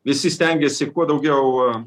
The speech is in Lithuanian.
visi stengėsi kuo daugiau